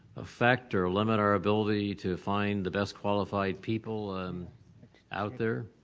affect or limit our ability to find the best qualified people out there?